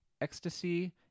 ecstasy